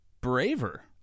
braver